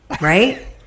Right